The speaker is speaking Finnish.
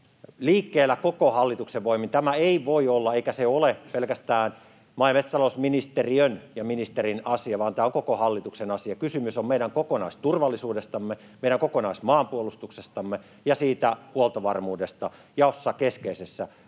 liikkeellä koko hallituksen voimin. Tämä ei voi olla, eikä se ole, pelkästään maa- ja metsätalousministeriön ja ministerin asia, vaan tämä on koko hallituksen asia. Kysymys on meidän kokonaisturvallisuudestamme, meidän kokonaismaanpuolustuksestamme ja siitä huoltovarmuudesta, jossa keskeisessä osassa